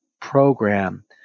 program